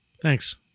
thanks